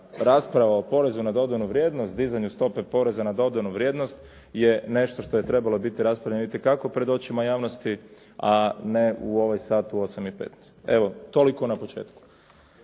rasprava o porezu na dodanu vrijednost, dizanju stope poreza na dodanu vrijednost je nešto što je trebalo biti raspravljeno itekako pred očima javnosti, a ne u ovaj sat u 8 i 15. Evo toliko na početku.